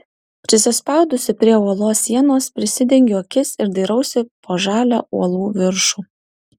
prisispaudusi prie uolos sienos prisidengiu akis ir dairausi po žalią uolų viršų